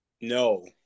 No